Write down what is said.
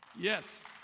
Yes